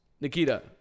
Nikita